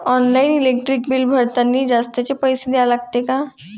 Online electric bill भरतानी जास्तचे पैसे द्या लागते का?